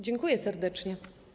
Dziękuję serdecznie.